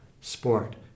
sport